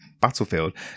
battlefield